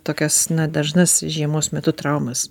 tokias na dažnas žiemos metu traumas